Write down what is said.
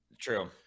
True